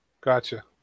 Gotcha